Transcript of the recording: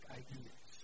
ideas